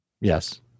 Yes